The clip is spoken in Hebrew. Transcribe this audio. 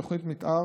תוכנית מתאר